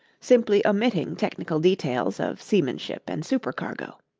simply omitting technical details of seamanship and supercargo.